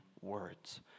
words